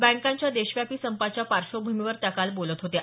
बँकांच्या देशव्यापी संपाच्या पार्श्वभूमीवर त्या बोलत होत्या